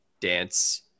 dance